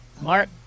Mark